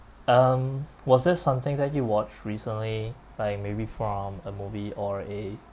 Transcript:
um was there something that you watched recently like maybe from a movie or a